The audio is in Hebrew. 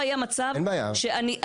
לא היה מצב שאני,